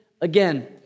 again